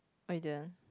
why you didn't